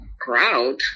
crowd